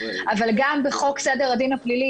אבל גם בחוק סדר הדין הפלילי,